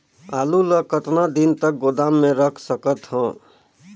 आलू ल कतका दिन तक गोदाम मे रख सकथ हों?